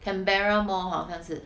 canberra mall 好像是